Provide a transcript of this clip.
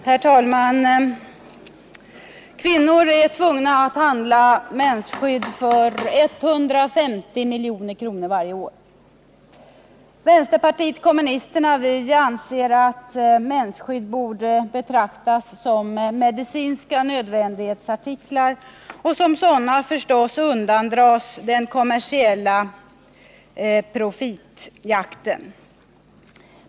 Herr talman! Kvinnor är tvungna att handla mensskydd för 150 milj.kr. varje år. Vänsterpartiet kommunisterna anser att mensskydd borde betraktas som medicinska nödvändighetsartiklar och såsom sådana förstås undandras den kommersiella profitjakten.